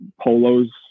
polos